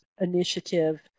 initiative